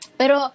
pero